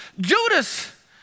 Judas